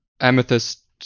amethyst